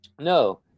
No